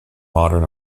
modern